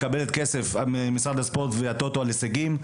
מקבלת כסף ממשרד הספורט והטוטו על הישגים,